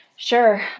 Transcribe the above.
Sure